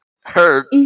Hurt